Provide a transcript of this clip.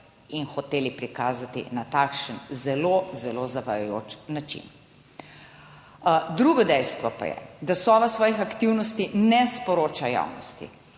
in hoteli prikazati na takšen zelo, zelo zavajajoč način. Drugo dejstvo pa je, da Sova svojih aktivnosti ne sporoča javnosti